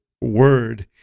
word